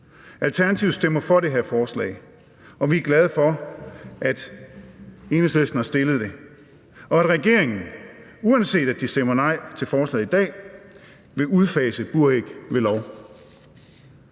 Alternativet stemmer for det her forslag, og vi er glade for, at Enhedslisten har fremsat det, og at regeringen, uanset at de stemmer nej til forslaget i dag, vil udfase buræg ved lov.